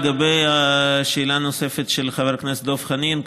לגבי השאלה הנוספת של חבר הכנסת דב חנין,